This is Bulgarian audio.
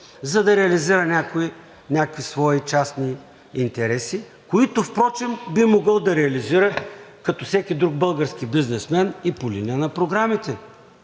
за да реализира някой някакви свои частни интереси, които впрочем би могъл да реализира като всеки друг български бизнесмен и по линия на програмите